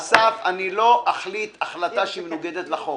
אסף, אני לא אחליט חלטה שמנוגדת לחוק.